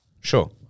Sure